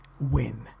win